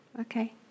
Okay